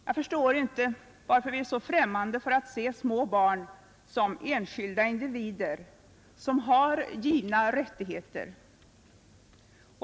Jag förstår inte varför vi är så främmande för att se små barn som enskilda individer med givna rättigheter.